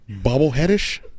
bobbleheadish